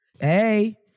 Hey